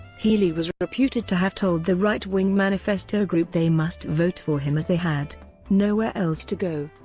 healey was reputed to have told the right-wing manifesto group they must vote for him as they had nowhere else to go.